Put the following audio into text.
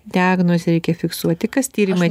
diagnozę reikia fiksuoti kas tyrimą